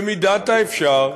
במידת האפשר,